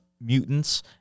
mutants